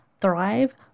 thrive